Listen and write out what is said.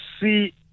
see